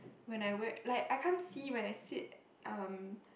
when I wear like I can't see when I sit um